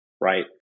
right